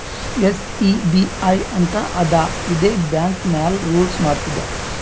SEBI ಅಂತ್ ಅದಾ ಇದೇ ಬ್ಯಾಂಕ್ ಮ್ಯಾಲ ರೂಲ್ಸ್ ಮಾಡ್ತುದ್